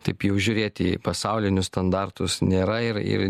taip jau žiūrėti į pasaulinius standartus nėra ir ir